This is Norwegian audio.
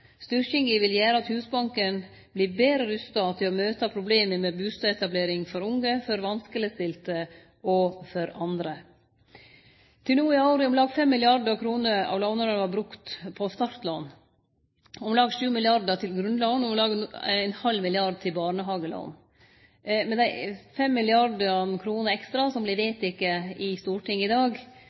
vil gjere Husbanken betre rusta til å møte problema med bustadetablering for unge, for vanskelegstilte og for andre. Til no i år er om lag 5 mrd. kr av låneramma brukt på startlån, om lag 7 mrd. kr til grunnlån og om lag ein halv milliard kr til barnehagelån. Med dei 5 mrd. kr ekstra som vert vedtekne i Stortinget i dag,